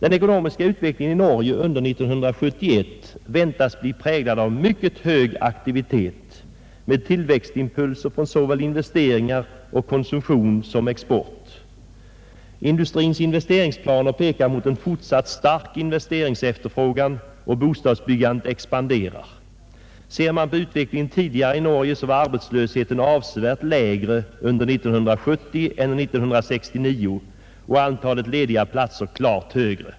Den ekonomiska utvecklingen i Norge under 1971 väntas bli präglad av mycket hög aktivitet med tillväxtimpulser från såväl investeringar och konsumtion som export. Industrins investeringsplaner pekar mot en fortsatt investeringsefterfrågan och bostadsbyggandet expanderar. Ser man på utvecklingen tidigare i Norge, finner man att arbetslösheten var avsevärt lägre under 1970 än under 1969 och antalet lediga platser klart högre.